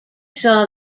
saw